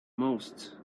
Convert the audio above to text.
most